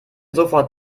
sofort